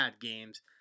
games